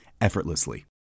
effortlessly